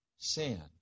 Sand